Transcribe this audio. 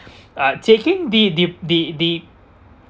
uh taking the the the the